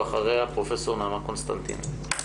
ואחריה פרופ' נעמה קונסטנטיני.